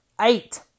Eight